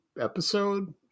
episode